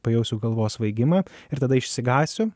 pajausiu galvos svaigimą ir tada išsigąsiu